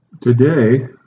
Today